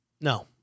No